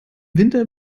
winter